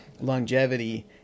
longevity